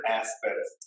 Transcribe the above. aspects